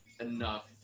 enough